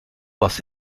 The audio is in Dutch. was